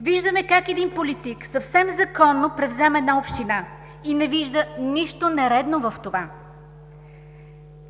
Виждаме как един политик, съвсем законно превзема една община и не вижда нищо нередно в това.